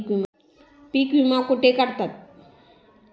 पीक विमा कुठे काढतात?